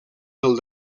del